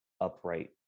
upright